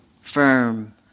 firm